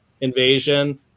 Invasion